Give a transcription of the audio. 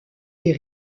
des